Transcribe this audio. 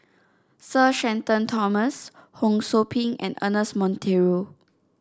Sir Shenton Thomas Ho Sou Ping and Ernest Monteiro